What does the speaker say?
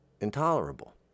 intolerable